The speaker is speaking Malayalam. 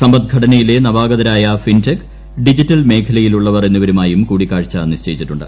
സമ്പദ്ഘടനയിലെ നവാഗതരായ ഫിൻടെക് ഡിജിറ്റൽ മേഖലയിൽ ഉള്ളവർ എന്നിവരുമായും കൂടിക്കാഴ്ച നിശ്ചയിച്ചിട്ടുണ്ട്